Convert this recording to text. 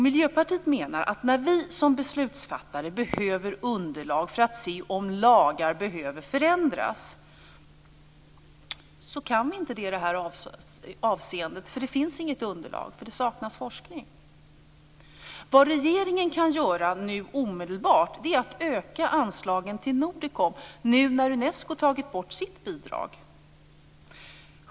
Miljöpartiet menar att när vi som beslutsfattare behöver underlag för att se om lagar behöver förändras, så går det inte i detta avseende därför att det inte finns något underlag - det saknas forskning. Vad regeringen omedelbart kan göra är att öka anslagen till Nordicom nu när Unesco tagit bort sitt bidrag.